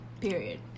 Period